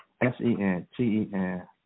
S-E-N-T-E-N